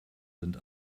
sind